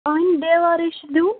اَہنہِ دیوارَے چھِ دیُن